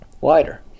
wider